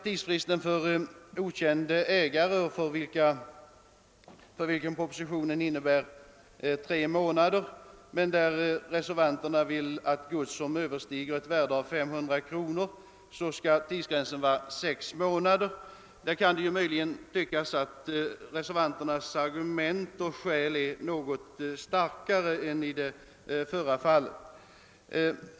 Reservanternas argument för en tidsfrist på sex månader när godsets värde överstiger 500 kronor kan möjligen anses starkare när det är fråga om en okänd ägare.